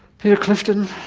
peter clifton,